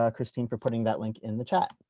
um christine, for putting that link in the chat.